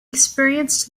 experienced